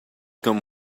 come